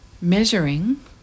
measuring